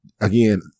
again